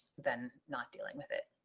than not dealing with it